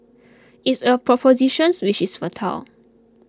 it's a propositions which is fertile